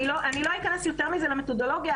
אני לא אכנס יותר מזה למתודולוגיה,